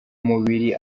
mubiri